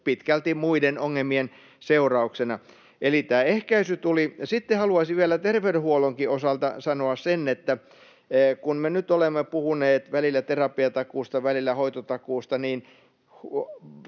pitkälti muiden ongelmien seurauksena. Eli tämä ehkäisy tuli. Sitten haluaisin vielä terveydenhuollonkin osalta sanoa sen, että kun me nyt olemme puhuneet välillä terapiatakuusta, välillä hoitotakuusta, niin